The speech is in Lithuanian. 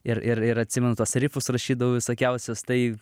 ir ir ir atsimenu tuos rifus rašydavau visokiausius tai